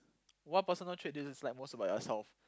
one personal trait this is like most about yourself